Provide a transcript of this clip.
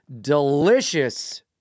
delicious